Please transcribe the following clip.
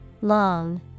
Long